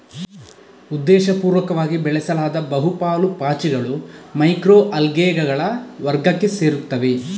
ಉದ್ದೇಶಪೂರ್ವಕವಾಗಿ ಬೆಳೆಸಲಾದ ಬಹು ಪಾಲು ಪಾಚಿಗಳು ಮೈಕ್ರೊ ಅಲ್ಗೇಗಳ ವರ್ಗಕ್ಕೆ ಸೇರುತ್ತವೆ